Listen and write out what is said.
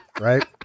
Right